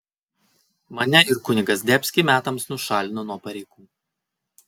mane ir kunigą zdebskį metams nušalino nuo pareigų